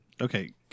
Okay